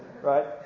Right